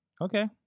Okay